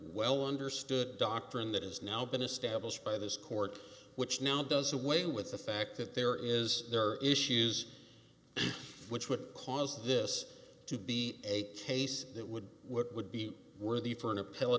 well understood doctrine that is now been established by this court which now does away with the fact that there is there are issues which would cause this to be a case that would what would be worthy for an appell